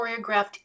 choreographed